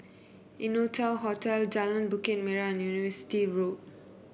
Innotel Hotel Jalan Bukit Merah and University Road